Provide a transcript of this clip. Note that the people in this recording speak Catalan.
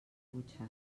butxaca